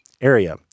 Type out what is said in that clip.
area